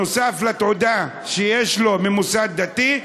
נוסף על התעודה שיש לו ממוסד דתי,